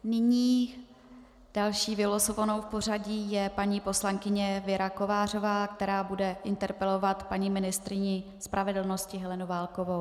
Nyní další vylosovanou v pořadí je paní poslankyně Věra Kovářová, která bude interpelovat paní ministryni spravedlnosti Helenu Válkovou.